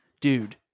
Dude